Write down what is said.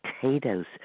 potatoes